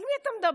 על מי אתה מדבר?